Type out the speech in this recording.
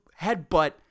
headbutt